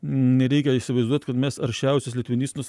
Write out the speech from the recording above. nereikia įsivaizduot kad mes aršiausius litvinistus